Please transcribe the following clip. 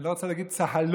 לא רוצה להגיד, צהלות